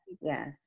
Yes